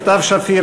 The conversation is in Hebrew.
סתיו שפיר,